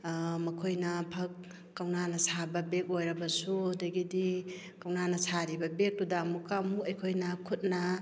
ꯃꯈꯣꯏꯅ ꯐꯛ ꯀꯧꯅꯥꯅ ꯁꯥꯕ ꯕꯦꯛ ꯑꯣꯏꯔꯕꯁꯨ ꯑꯗꯒꯤꯗꯤ ꯀꯧꯅꯥꯅ ꯁꯥꯔꯤꯕ ꯕꯦꯛꯇꯨꯗ ꯑꯃꯨꯛꯀꯥ ꯑꯃꯨꯛ ꯑꯩꯈꯣꯏꯅ ꯈꯨꯠꯅ